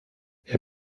herr